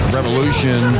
Revolution